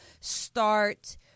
start